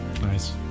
Nice